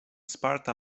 sparta